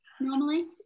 normally